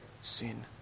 sin